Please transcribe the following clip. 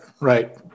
right